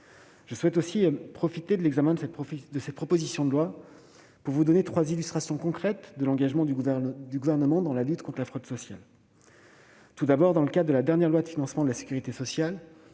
Je souhaite aussi profiter de l'examen de cette proposition de loi pour vous donner trois illustrations concrètes de l'engagement du Gouvernement dans la lutte contre la fraude sociale. Tout d'abord, dans le cadre de l'examen de la dernière loi de financement de la sécurité sociale,